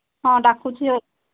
ହଁ ଡାକୁଛି ଆଉ